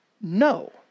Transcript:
No